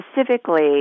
specifically